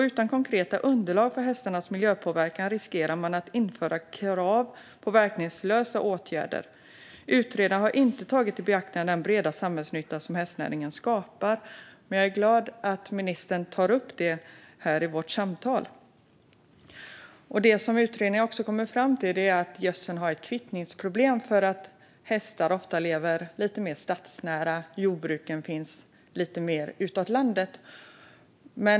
Utan konkreta underlag för hästarnas miljöpåverkan riskerar man att införa krav på verkningslösa åtgärder. Utredaren har inte tagit i beaktande den breda samhällsnytta som hästnäringen skapar. Men jag är glad att ministern tar upp det här i vårt samtal. Det som utredningen har kommit fram till är att gödseln har ett kvittningsproblem eftersom hästar ofta lever lite mer stadsnära och jordbruken finns lite mer utåt landet.